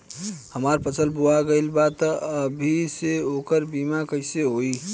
हमार फसल बोवा गएल बा तब अभी से ओकर बीमा कइसे होई?